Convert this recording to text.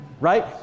Right